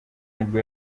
nibwo